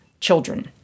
children